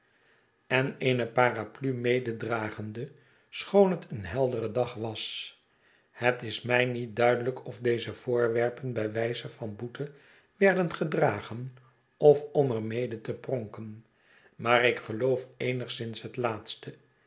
en eene paraplu mededragende schoon het een heldere dag was het is mij niet duidelijk of deze voorwerpen bij wijze van boete werden gedragen of om er mede te pronken maar ik geloof eenigszins het laatste